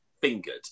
fingered